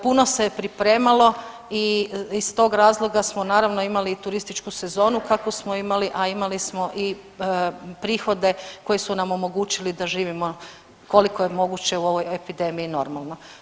Puno se je pripremalo i iz tog razloga smo naravno imali i turističku sezonu kakvu smo imali, a imali smo i prihode koji su nam omogućili da živimo koliko je moguće u ovoj epidemiji normalno.